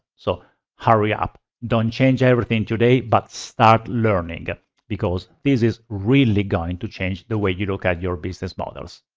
so hurry up. don't change everything today, but start learning because this is really going to change the way you look at your business models.